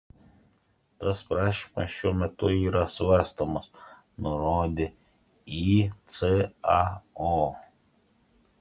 tas prašymas šiuo metu yra svarstomas nurodė icao